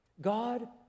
God